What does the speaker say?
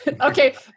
Okay